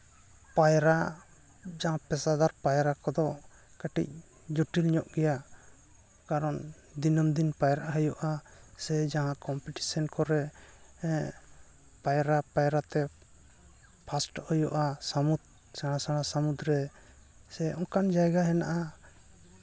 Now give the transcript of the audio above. ᱯᱟᱭᱨᱟ ᱡᱟᱦᱟᱸ ᱯᱮᱥᱟᱫᱟᱨ ᱯᱟᱭᱨᱟ ᱠᱚᱫᱚ ᱠᱟᱹᱴᱤᱡ ᱡᱚᱴᱤᱞ ᱧᱚᱜ ᱜᱮᱭᱟ ᱠᱟᱨᱚᱱ ᱫᱤᱱᱟᱹᱢ ᱫᱤᱱ ᱯᱟᱭᱨᱟᱜ ᱦᱩᱭᱩᱜᱼᱟ ᱥᱮ ᱡᱟᱦᱟᱸ ᱠᱚᱢᱯᱤᱴᱤᱥᱮᱱ ᱠᱚᱨᱮᱫ ᱦᱮᱸ ᱯᱟᱭᱨᱟ ᱯᱟᱭᱨᱟ ᱛᱮ ᱯᱷᱟᱥᱴᱚᱜ ᱦᱩᱭᱩᱜᱼᱟ ᱥᱟᱹᱢᱩᱫᱽ ᱥᱮᱬᱟ ᱥᱮᱬᱟ ᱥᱟᱹᱢᱩᱫᱽ ᱨᱮ ᱥᱮ ᱚᱱᱠᱟᱱ ᱡᱟᱭᱜᱟ ᱢᱮᱱᱟᱜᱼᱟ